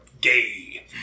Gay